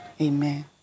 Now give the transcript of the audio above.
Amen